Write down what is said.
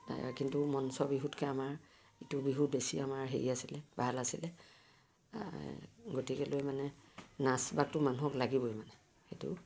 কিন্তু মঞ্চ বিহুতকৈ আমাৰ ইটো বিহু বেছি আমাৰ হেৰি আছিলে ভাল আছিলে গতিকেলৈ মানে নাচ বাগটো মানুহক লাগিবই মানে সেইটো